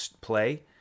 play